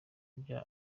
byo